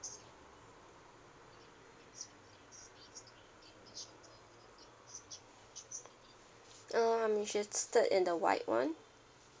uh I'm interested in the white [one]